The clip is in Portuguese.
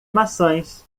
maçãs